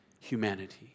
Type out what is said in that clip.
humanity